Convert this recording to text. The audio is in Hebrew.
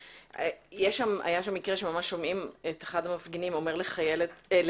היה שם מקרה שממש שומעים את אחד המפגינים אומר לשוטרת: